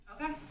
Okay